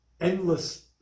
endless